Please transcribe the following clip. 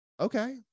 okay